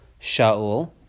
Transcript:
Shaul